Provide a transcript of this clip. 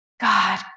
God